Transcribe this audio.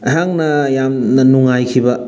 ꯑꯩꯍꯥꯛꯅ ꯌꯥꯝꯅ ꯅꯨꯡꯉꯥꯏꯈꯤꯕ